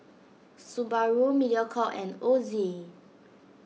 Subaru Mediacorp and Ozi